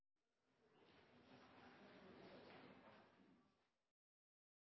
President: